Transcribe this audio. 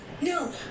No